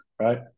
right